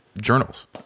journals